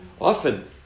Often